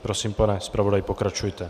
Prosím, pane zpravodaji, pokračujte.